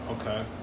Okay